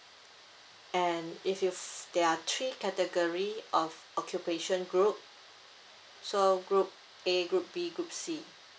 and if you f~ there are three category of occupation group so group A group B good C